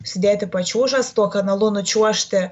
užsidėti pačiūžas tuo kanalu nučiuožti